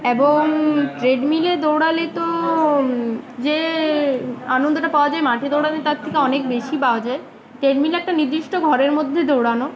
এবং ট্রেডমিলে দৌড়ালে তো যে আনন্দটা পাওয়া যায় মাঠে দৌড়ালে তার থেকে তো অনেক বেশি পাওয়া যায় ট্রেডমিলে একটা নির্দিষ্ট ঘরের মধ্যে দৌড়ানো